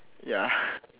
ya